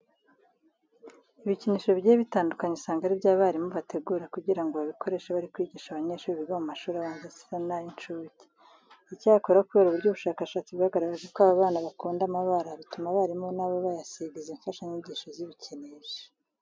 Ibikinisho bigiye bitandukanye usanga ari byo abarimu bategura kugira ngo babikoreshe bari kwigisha abanyeshuri biga mu mashuri abanza ndetse n'ay'incuke. Icyakora kubera uburyo ubushakashatsi bwagaragaje ko aba bana bakunda amabara, bituma abarimu na bo bayasiga izi mfashanyigisho z'ibikinisho.